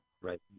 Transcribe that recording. Right